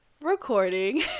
recording